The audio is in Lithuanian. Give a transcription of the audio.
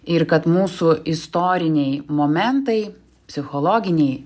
ir kad mūsų istoriniai momentai psichologiniai